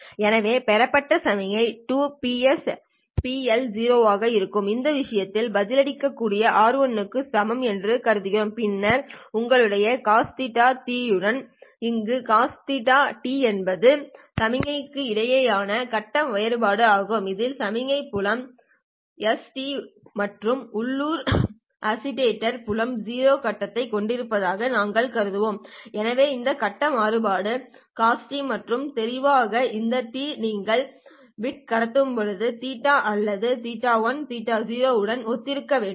எனவே பெறப்பட்ட சமிக்ஞை 2PsPLO ஆக இருக்கும் இந்த விஷயத்தில் இது பதிலளிக்கக்கூடிய R 1 க்கு சமம் என்று நான் கருதுகிறேன் பின்னர் உங்களிடம் cos θ உள்ளது அங்கு θ என்பது சமிக்ஞைக்கு இடையிலான கட்ட வேறுபாடு ஆகும் இது சமிக்ஞை புலம் எஸ் டt மற்றும் உள்ளூர் ஆஸிலேட்டர் புலம் 0 கட்டத்தைக் கொண்டிருப்பதாக நாங்கள் கருதுகிறோம் எனவே இந்த கட்ட வேறுபாடு காஸ் θ மற்றும் தெளிவாக இந்த t டி நீங்கள் பிட் கடத்தும்போது θ0 அல்லது θ1 θ0 உடன் ஒத்திருக்க வேண்டும்